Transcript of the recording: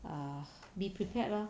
err be prepared lor